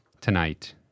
tonight